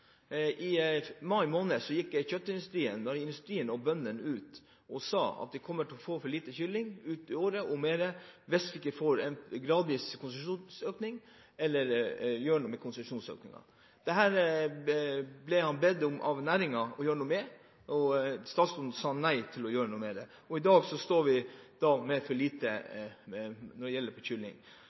I mai måned gikk kjøttindustrien og bøndene ut og sa at vi kom til å få for lite kylling utover i året – og lenger – hvis vi ikke fikk en gradvis konsesjonsøkning eller gjorde noe med konsesjonsøkningen. Han ble bedt av næringen om å gjøre noe med dette. Statsråden sa nei til å gjøre noe med det, og i dag står vi med for lite